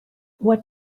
what